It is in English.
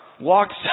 walks